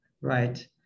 right